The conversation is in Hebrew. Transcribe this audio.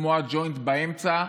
כמו הג'וינט באמצע,